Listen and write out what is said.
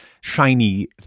shiny